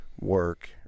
work